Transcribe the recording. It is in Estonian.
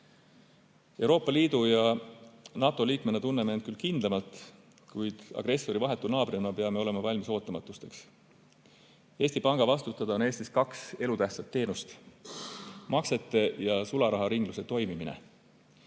Euroopa Liidu ja NATO liikmena tunneme end küll kindlamalt, kuid agressori vahetu naabrina peame olema valmis ootamatusteks. Eesti Panga vastutada on Eestis kaks elutähtsat teenust: maksete ja sularaharingluse toimimine.